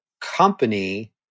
company